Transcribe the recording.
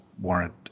warrant